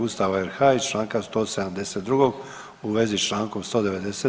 Ustava RH i članka 172. u vezi sa člankom 190.